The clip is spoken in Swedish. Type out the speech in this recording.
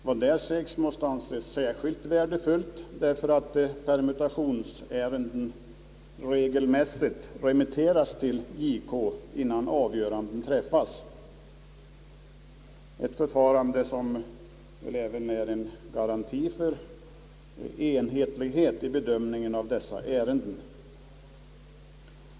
Vad där sägs måste anses vara särskilt värdefullt därför att permutationsärenden regelmässigt remitteras till JK innan avgöranden träffas, ett förfarande som torde innebära en garanti för enhetlighet vid bedömningen av dessa ärenden.